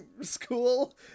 school